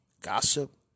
Gossip